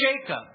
Jacob